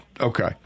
Okay